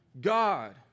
God